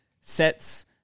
sets